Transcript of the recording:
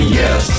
yes